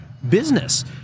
business